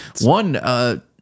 One